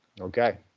Okay